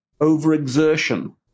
over-exertion